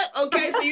okay